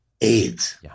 AIDS